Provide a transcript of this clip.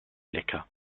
lecker